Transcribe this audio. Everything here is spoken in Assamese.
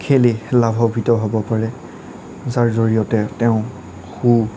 খেলি লাভাৱিত হ'ব পাৰে যাৰ জৰিয়তে তেওঁ সু